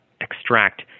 extract